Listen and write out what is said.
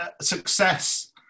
success